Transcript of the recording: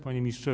Panie Ministrze!